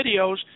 videos